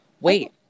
Wait